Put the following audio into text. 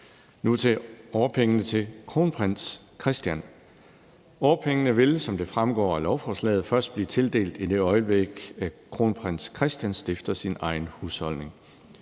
Nu til årpengene til kronprins Christian. Årpengene vil, som det fremgår af lovforslaget, først blev tildelt, i det øjeblik kronprins Christian stifter sin egen husholdning.